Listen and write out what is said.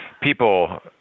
people